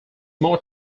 more